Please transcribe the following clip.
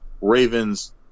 Ravens